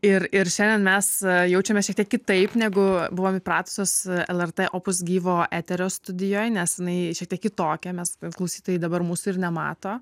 ir ir šiandien mes jaučiamės šiek tiek kitaip negu buvom įpratusios lrt opus gyvo eterio studijoj nes jinai tiek kitokia klausytojai dabar mūsų ir nemato